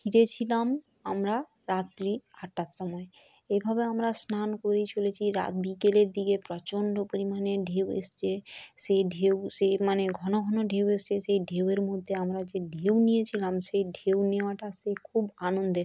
ফিরেছিলাম আমরা রাত্রি আটটার সময় এভাবে স্নান করেই চলেছি রাত বিকেলের দিকে প্রচণ্ড পরিমাণে ঢেউ এসছে সে ঢেউ সে মানে ঘন ঘন ঢেউ এসছে সেই ঢেউয়ের মধ্যে আমরা যে ঢেউ নিয়েছিলাম সেই ঢেউ নেওয়াটা সে খুব আনন্দের